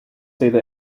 either